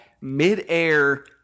midair